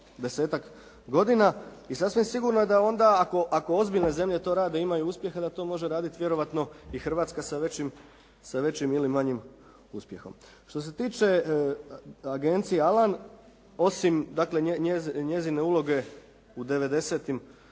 desetak godina i sasvim sigurno je da onda ako ozbiljne zemlje to rade i imaju uspjeha da to može raditi vjerojatno i Hrvatska sa većim ili manjim uspjehom. Što se tiče agencije «Alan» osim dakle njezine uloge u devedesetim